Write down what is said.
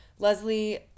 Leslie